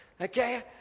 Okay